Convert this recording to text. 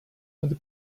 would